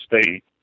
State